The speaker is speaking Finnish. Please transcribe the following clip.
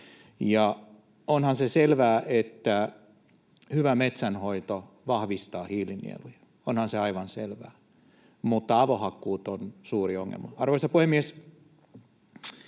Onhan se selvää, että hyvä metsänhoito vahvistaa hiilinieluja — onhan se aivan selvää, mutta avohakkuut ovat suuri ongelma. Arvoisa puhemies!